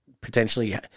potentially